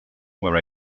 where